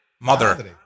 Mother